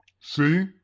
See